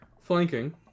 Flanking